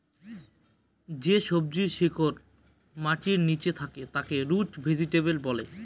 যে সবজির শিকড় মাটির নীচে থাকে তাকে রুট ভেজিটেবল বলে